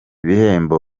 bihembo